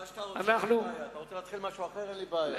אם אתה רוצה להתחיל עם משהו אחר, אין לי בעיה.